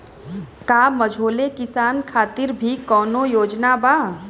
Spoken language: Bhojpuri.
का मझोले किसान खातिर भी कौनो योजना बा?